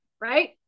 right